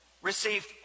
receive